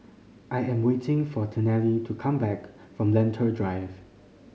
I am waiting for Tennille to come back from Lentor Drive